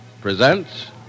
presents